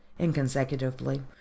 inconsecutively